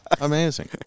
amazing